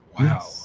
wow